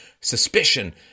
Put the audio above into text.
suspicion